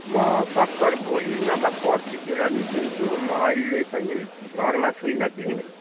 म सकभर भोलि नभए पर्सितिर निस्किन्छु म अहिले चाहिँ घरमा छुइनँ कि